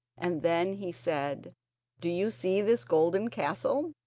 and then he said do you see this golden castle?